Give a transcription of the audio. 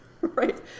Right